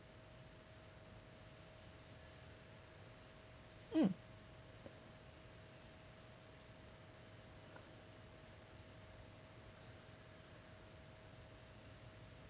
mm